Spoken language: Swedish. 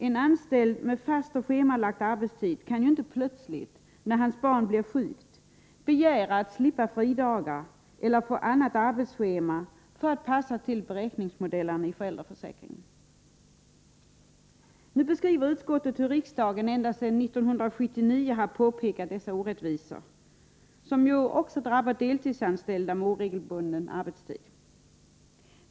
En anställd med fast och schemalagd arbetstid kan ju inte plötsligt när hans barn blir sjukt begära att slippa fridagar eller få annat arbetsschema för att det skall passa till beräkningsmodellerna i föräldraförsäkringen. Nu beskriver utskottet hur riksdagen ända sedan 1979 har påpekat dessa orättvisor, som ju också drabbar deltidsanställda med oregelbunden arbetstid.